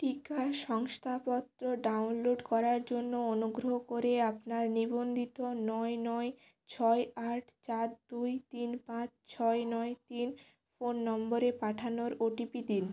টিকা শংসাপত্র ডাউনলোড করার জন্য অনুগ্রহ করে আপনার নিবন্ধিত নয় নয় ছয় আট চার দুই তিন পাঁচ ছয় নয় তিন ফোন নম্বরে পাঠানোর ওটিপি দিন